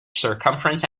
circumference